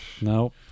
No